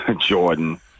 Jordan